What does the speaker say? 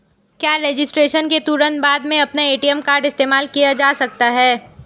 क्या रजिस्ट्रेशन के तुरंत बाद में अपना ए.टी.एम कार्ड इस्तेमाल किया जा सकता है?